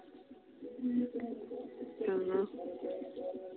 ᱚᱻ